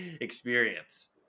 experience